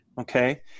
Okay